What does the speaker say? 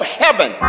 heaven